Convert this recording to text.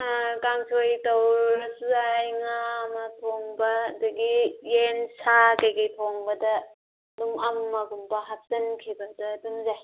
ꯀꯥꯡꯁꯣꯏ ꯇꯧꯔꯁꯨ ꯌꯥꯏ ꯉꯥ ꯑꯃ ꯊꯣꯡꯕ ꯑꯗꯒꯤ ꯌꯦꯟ ꯁꯥ ꯀꯩꯀꯩ ꯊꯣꯡꯕꯗ ꯑꯗꯨꯝ ꯑꯃꯒꯨꯝꯕ ꯍꯥꯞꯆꯟꯈꯤꯕꯗ ꯑꯗꯨꯝ ꯌꯥꯏ